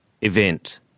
Event